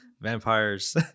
vampires